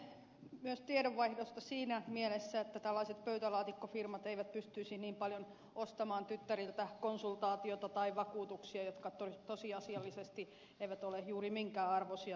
tässä on kyse myös tiedonvaihdosta siinä mielessä että tällaiset pöytälaatikkofirmat eivät pystyisi niin paljon ostamaan tyttäriltä konsultaatiota tai vakuutuksia jotka tosiasiallisesti eivät ole juuri minkään arvoisia